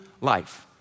life